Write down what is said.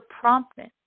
promptness